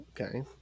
Okay